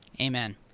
Amen